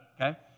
okay